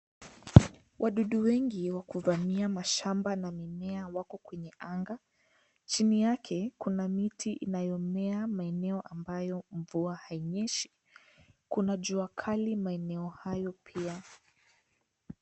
Wadudu wengi wa kuvamia mashamba na mimiea, wako kwenye anga. Chini yake kuna miti inayomea maeneo ambayo mvua hainyeshi. Kuna jua kali maeneo hayo pia.